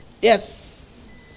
Yes